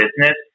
business